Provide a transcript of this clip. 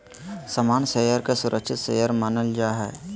सामान्य शेयर के सुरक्षित शेयर मानल जा हय